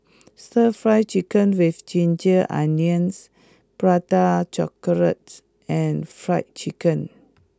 Stir Fried Chicken with Ginger Onions Prata Chocolate and Fried Chicken